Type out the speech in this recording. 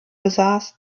besaß